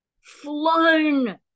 flown